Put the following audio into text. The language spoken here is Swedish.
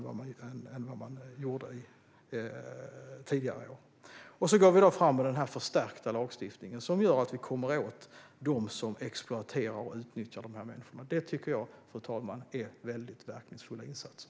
Vi går nu fram med den förstärkta lagstiftningen, som gör att vi kommer åt dem som exploaterar och utnyttjar dessa människor. Detta tycker jag, fru talman, är väldigt verkningsfulla insatser.